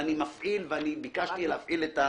ואני מפעיל ואני ביקשתי להפעיל.